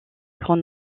grand